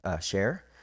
share